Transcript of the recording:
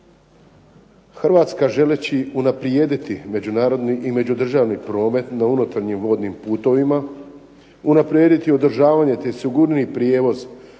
Hrvatska želeći unaprijediti međunarodni i međudržavni promet na unutarnjim vodnim putovima, unaprijediti održavanje te sigurniji prijevoz